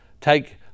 take